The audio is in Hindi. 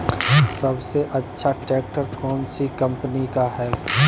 सबसे अच्छा ट्रैक्टर कौन सी कम्पनी का है?